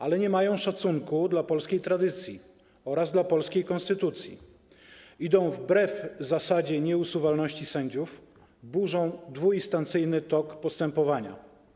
Ale nie mają szacunku dla polskiej tradycji oraz dla polskiej konstytucji - idą wbrew zasadzie nieusuwalności sędziów, burzą dwuinstancyjny tok postępowania.